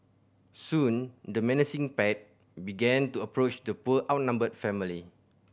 soon the menacing pack began to approach the poor outnumbered family